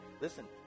listen